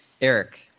Eric